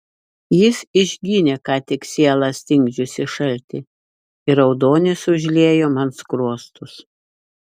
jis išginė ką tik sielą stingdžiusį šaltį ir raudonis užliejo man skruostus